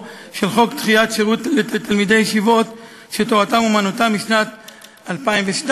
של חוק דחיית שירות לתלמידי ישיבות שתורתם אומנותם משנת 2002,